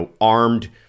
armed